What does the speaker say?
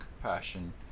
compassion